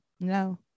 No